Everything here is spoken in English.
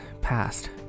passed